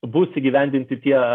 bus įgyvendinti tie